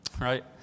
Right